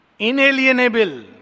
Inalienable